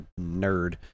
nerd